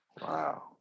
Wow